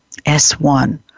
S1